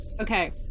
okay